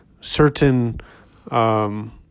certain –